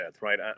right